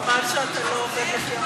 חבל שאתה לא עובד לפי,